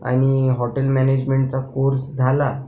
आणि हॉटेल मॅनेजमेंटचा कोर्स झाला